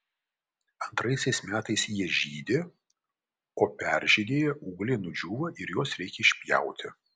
antraisiais metais jie žydi o peržydėję ūgliai nudžiūva ir juos reikia išpjauti